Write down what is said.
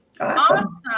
Awesome